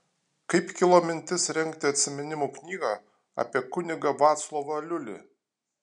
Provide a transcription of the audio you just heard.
kaip kilo mintis rengti atsiminimų knygą apie kunigą vaclovą aliulį